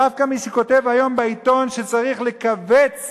דווקא מי שכותב היום בעיתון שצריך לכווץ